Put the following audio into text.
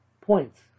points